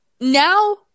now